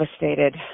devastated